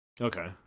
Okay